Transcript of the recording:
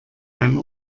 ein